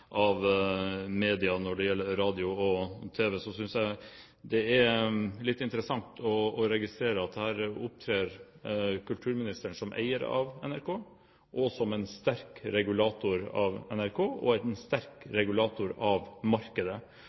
av media når det gjelder radio og TV, synes jeg det er litt interessant å registrere at her opptrer kulturministeren som eier av NRK, som en sterk regulator av NRK og som en sterk regulator av markedet.